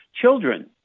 children